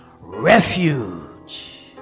refuge